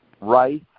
rice